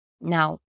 Now